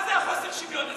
מה חוסר השוויון הזה?